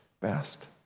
best